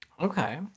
okay